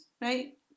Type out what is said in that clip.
right